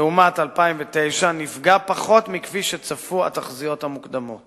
לעומת 2009 נפגע פחות מכפי שצפו התחזיות המוקדמות.